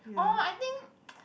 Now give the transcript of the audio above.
oh I think